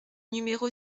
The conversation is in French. numéro